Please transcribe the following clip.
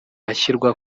ashyirwa